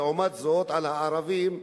ולעומת זאת על הערבים,